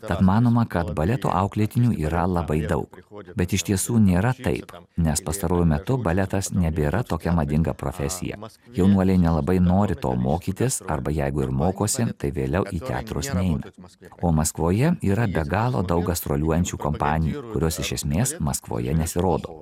tad manoma kad baleto auklėtinių yra labai daug bet iš tiesų nėra taip nes pastaruoju metu baletas nebėra tokia madinga profesijas jaunuoliai nelabai nori to mokytis arba jeigu ir mokosi tai vėliau teatrus neina o maskvoje yra be galo daug gastroliuojančių kompanijų kurios iš esmės maskvoje nesirodo